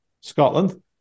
Scotland